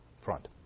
Front